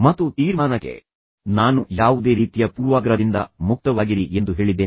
ಮತ್ತು ತೀರ್ಮಾನಕ್ಕೆ ನಾನು ಯಾವುದೇ ರೀತಿಯ ಪೂರ್ವಾಗ್ರಹದಿಂದ ಮುಕ್ತವಾಗಿರಿ ಎಂದು ಹೇಳಿದ್ದೇನೆ